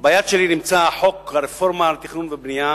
ביד שלי נמצא חוק הרפורמה בתכנון ובנייה,